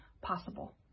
possible